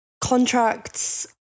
contracts